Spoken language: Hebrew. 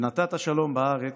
ונתת שלום בארץ,